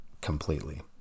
completely